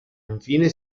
infine